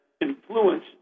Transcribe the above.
influence